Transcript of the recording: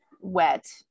wet